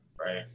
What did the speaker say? right